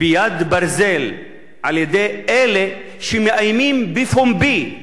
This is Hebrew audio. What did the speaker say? ביד ברזל על ידי אלה שמאיימים בפומבי